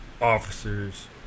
officers